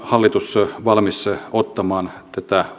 hallitus valmis ottamaan tätä